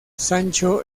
sancho